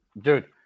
Dude